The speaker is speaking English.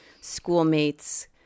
schoolmates